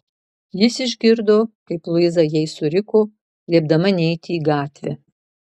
jis išgirdo kaip luiza jai suriko liepdama neiti į gatvę